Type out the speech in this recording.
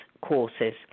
courses